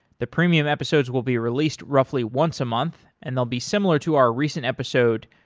the premium episodes will be released roughly once a month and they'll be similar to our recent episode,